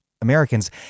Americans